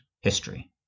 history